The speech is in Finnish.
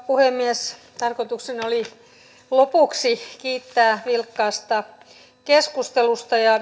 puhemies tarkoituksena oli lopuksi kiittää vilkkaasta keskustelusta ja